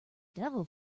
devil